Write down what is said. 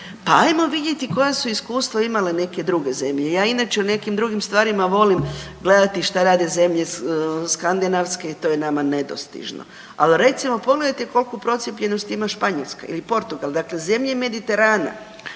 Pa hajmo vidjeti koja su iskustva imala neke druge zemlje. Ja inače o nekim drugim stvarima volim gledati što rade zemlje skandinavske i to je nama nedostižno. Ali recimo pogledajte koliku procijepljenost ima Španjolska ili Portugal, dakle zemlje Mediterana.